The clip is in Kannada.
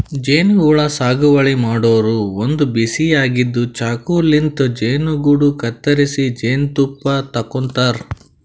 ಜೇನಹುಳ ಸಾಗುವಳಿ ಮಾಡೋರು ಒಂದ್ ಬಿಸಿ ಆಗಿದ್ದ್ ಚಾಕುಲಿಂತ್ ಜೇನುಗೂಡು ಕತ್ತರಿಸಿ ಜೇನ್ತುಪ್ಪ ತಕ್ಕೋತಾರ್